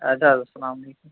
اَدٕ حظ اسلامُ علیکُم